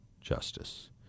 justice